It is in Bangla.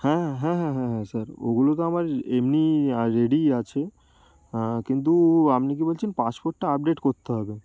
হ্যাঁ হ্যাঁ হ্যাঁ হ্যাঁ হ্যাঁ স্যার ওগুলো তো আমার এমনিই রেডিই আছে কিন্তু আপনি কি বলছেন পাসপোর্টটা আপডেট করতে হবে